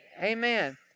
amen